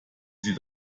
sie